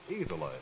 easily